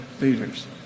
leaders